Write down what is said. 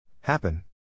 Happen